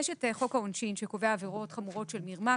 יש את חוק העונשין שקובע עבירות חמורות של מרמה,